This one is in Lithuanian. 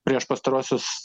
prieš pastaruosius